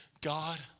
God